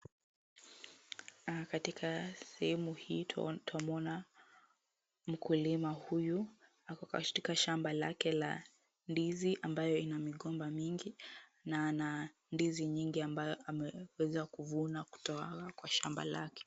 Katika sehemu hii twamuona mkulima huyu, ako katika shamba lake la ndizi, ambayo ina migomba mingi na ana ndizi nyingi ambayo ameweza kuvuna kutoka kwa shamba lake.